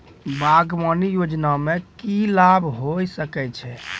बागवानी योजना मे की लाभ होय सके छै?